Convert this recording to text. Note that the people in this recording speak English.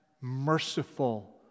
merciful